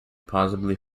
possibly